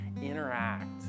interact